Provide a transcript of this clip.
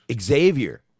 xavier